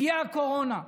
הגיעה הקורונה,